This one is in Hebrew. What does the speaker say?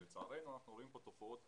לצערנו בתקופה האחרונה אנחנו רואים כאן תופעות